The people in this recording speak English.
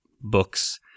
books